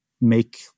make